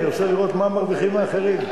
אני רוצה לראות מה מרוויחים האחרים.